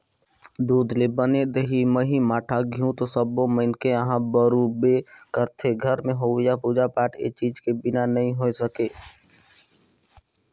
दूद ले बने दही, मही, मठा, घींव तो सब्बो मनखे ह बउरबे करथे, घर में होवईया पूजा पाठ ए चीज के बिना नइ हो सके